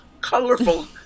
Colorful